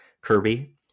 Kirby